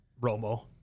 Romo